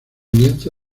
lienzo